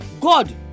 God